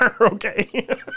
okay